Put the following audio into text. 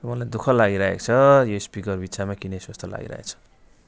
मलाई दुःख लागिरहेको छ यो स्पिकर बित्थामा किनेछु जस्तो लागिरहेछ